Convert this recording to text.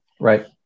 Right